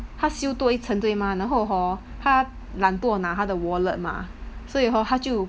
他修多一层对吗然后 hor 他懒惰拿他的 wallet 吗所以 hor 他就